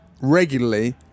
regularly